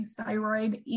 thyroid